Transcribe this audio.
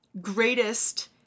greatest